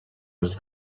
was